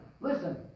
listen